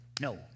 no